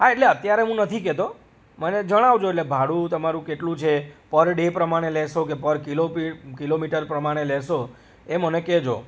હા એટલે અત્યારે હું નથી કહેતો મને જણાવજો એટલે ભાડું તમારું કેટલું છે પર ડે પ્રમાણે લેશો કે પર કિલોમી કિલોમીટર પ્રમાણે લેશો એ મને કેજો